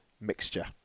mixture